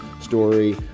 story